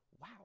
wow